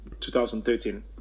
2013